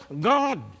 God